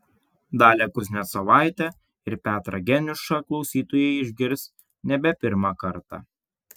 dalią kuznecovaitę ir petrą geniušą klausytojai išgirs nebe pirmą kartą